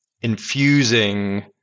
infusing